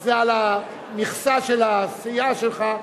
זה על המכסה של העשייה שלך.